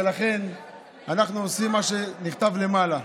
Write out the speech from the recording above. ולכן אנחנו עושים את מה שנכתב למעלה.